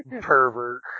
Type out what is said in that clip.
Pervert